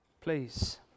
Please